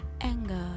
Anger